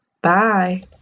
Bye